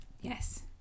Yes